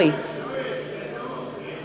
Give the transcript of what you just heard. (קוראת בשמות חברי הכנסת)